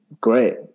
great